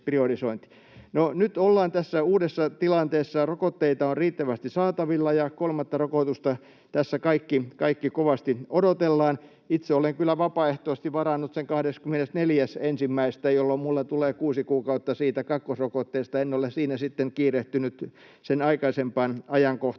nyt ollaan tässä uudessa tilanteessa: rokotteita on riittävästi saatavilla ja kolmatta rokotusta tässä kaikki kovasti odotellaan. Itse olen kyllä vapaaehtoisesti varannut sen 24.1., jolloin minulla tulee kuusi kuukautta kakkosrokotteesta. En ole siinä sitten kiirehtinyt sen aikaisempaan ajankohtaan.